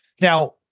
Now